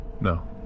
No